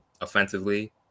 offensively